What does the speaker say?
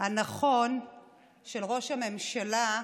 הנכון את ראש הממשלה.